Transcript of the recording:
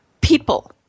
people